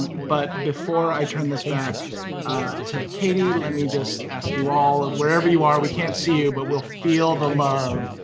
um but, before i turn this back to katy, let me just ask you all, wherever you are, we can't see you, but we'll feel the love,